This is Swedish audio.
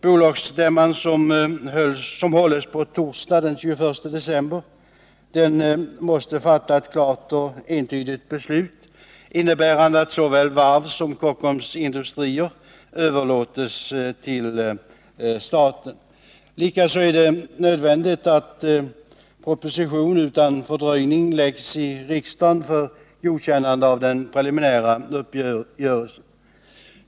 Bolagsstämman, som skall hållas på torsdag den 21 december, måste fatta ett klart och entydigt beslut, innebärande att såväl varvet som Kockums industrier överlåts till staten. Likaså är det nödvändigt att en proposition utan dröjsmål framläggs i riksdagen för godkännande av den preliminära uppgörelsen.